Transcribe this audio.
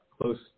close